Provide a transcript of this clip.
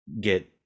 get